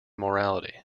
morality